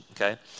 Okay